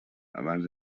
abans